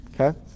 okay